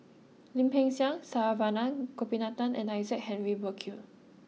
Lim Peng Siang Saravanan Gopinathan and Isaac Henry Burkill